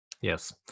Yes